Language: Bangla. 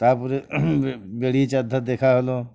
তার পরে বেরিয়ে চার ধার দেখা হলো